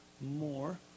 More